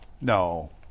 No